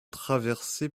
traversé